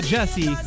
Jesse